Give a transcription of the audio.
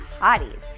hotties